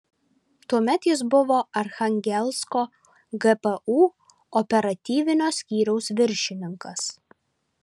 tuomet jis buvo archangelsko gpu operatyvinio skyriaus viršininkas